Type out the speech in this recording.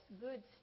good